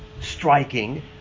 striking